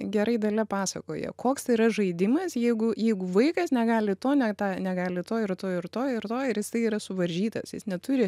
gerai dalia pasakoja koks yra žaidimas jeigu jeigu vaikas negali to ne tą negali to ir to ir to ir to ir jisai yra suvaržytas jis neturi